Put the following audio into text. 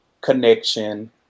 connection